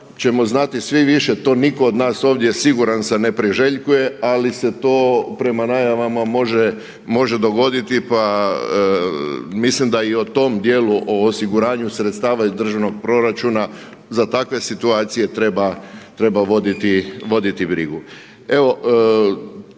ćemo znati svi više. To nitko od nas ovdje siguran sam ne priželjkuje, ali se to prema najavama može dogoditi pa mislim da i o tom dijelu o osiguranju sredstava iz državnog proračuna za takve situacije treba voditi brigu.